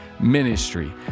Ministry